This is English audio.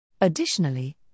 Additionally